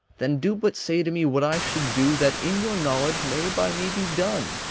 then do but say to me what i should do that in your knowledge may by me be done,